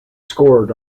scored